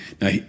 Now